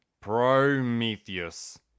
Prometheus